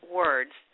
words